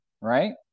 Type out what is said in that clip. right